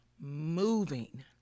moving